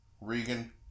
Regan